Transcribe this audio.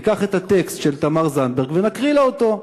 ניקח את הטקסט של תמר זנדברג ונקריא לה אותו.